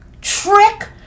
trick